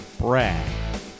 Brad